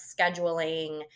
scheduling